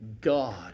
God